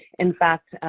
in fact,